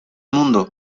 mundo